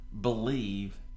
believe